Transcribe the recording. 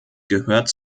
gehört